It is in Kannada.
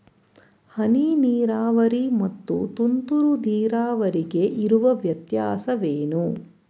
ಹನಿ ನೀರಾವರಿ ಮತ್ತು ತುಂತುರು ನೀರಾವರಿಗೆ ಇರುವ ವ್ಯತ್ಯಾಸವೇನು?